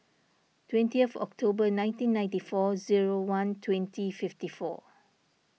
twentieth Octorber nineteen ninety four zero one twenty fifty four